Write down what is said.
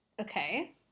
Okay